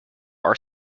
are